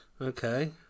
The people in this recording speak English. okay